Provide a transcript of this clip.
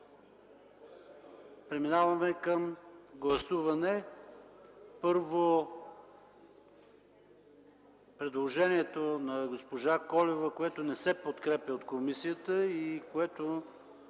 подлагам на гласуване предложението на госпожа Колева, което не се подкрепя от комисията и което